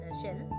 shell